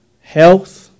health